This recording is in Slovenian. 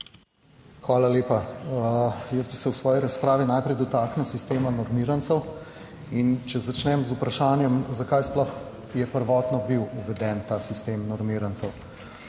Hvala lepa. Jaz bi se v svoji razpravi najprej dotaknil sistema normirancev in če začnem z vprašanjem, zakaj sploh je prvotno bil uveden ta sistem normirancev?